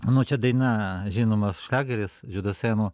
nu čia daina žinomas šliageris džo daseno